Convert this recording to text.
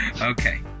okay